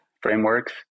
frameworks